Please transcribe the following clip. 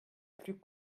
plus